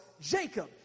Jacob